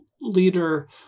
leader